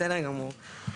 בסדר גמור.